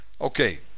Okay